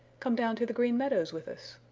come down to the green meadows with us.